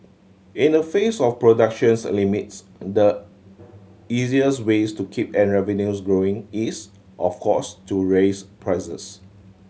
in the face of productions limits the easiest ways to keep revenues growing is of course to raise prices